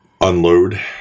unload